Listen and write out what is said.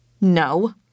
No